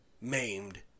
maimed